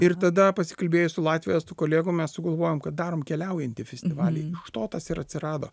ir tada pasikalbėjus su latvių estų kolegom mes sugalvojom kad darom keliaujantį festivalį iš to tas ir atsirado